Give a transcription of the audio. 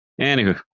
Anywho